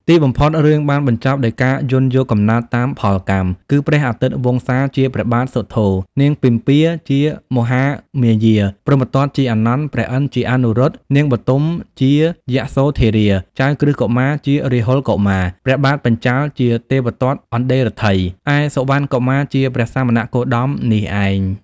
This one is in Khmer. ទីបំផុត រឿងបានបញ្ចប់ដោយការយោនយកកំណើតតាមផលកម្ម គឺព្រះអាទិត្យវង្សាជាព្រះបាទសុទ្ធោន៍ នាងពិម្ពាជាមហាមាយា ព្រហ្មទត្តជាអានន្ន ព្រះឥន្ទជាអនុរុទ្ធ នាងបទុមជាយសោធារា ចៅក្រឹស្នកុមារជារាហុលកុមារ ព្រះបាទបញ្ចាល៍ជាទេវទត្តអន្យតិរ្ថិយ ឯសុវណ្ណកុមារជាព្រះសាមណគោតមនេះឯង។